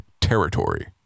territory